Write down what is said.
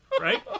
Right